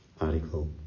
article